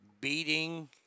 beating